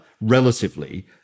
relatively